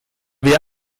wir